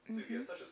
mmhmm